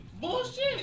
Bullshit